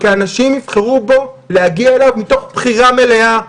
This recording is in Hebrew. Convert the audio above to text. כי אנשים יבחרו להגיע אליו מתוך בחירה מלאה,